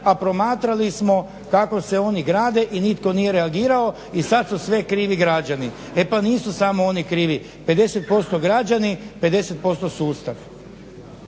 a promatrali smo kako se oni grade i nitko nije reagirao i sada su sve krivi građani. E pa nisu samo oni krivi, 50% građani, 50% sustav.